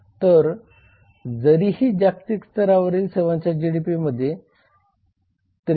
तर जरीही जागतिक स्तरावरील सेवांचा जीडीपीमध्ये 63